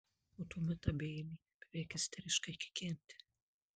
o tuomet abi ėmė beveik isteriškai kikenti